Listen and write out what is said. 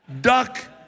Duck